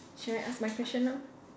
should I ask my question now